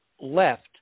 left